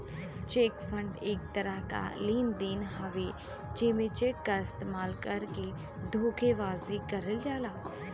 check fraud एक तरह क लेन देन हउवे जेमे चेक क इस्तेमाल करके धोखेबाजी करल जाला